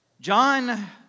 John